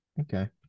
Okay